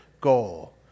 goal